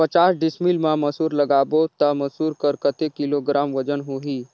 पचास डिसमिल मा मसुर लगाबो ता मसुर कर कतेक किलोग्राम वजन होही?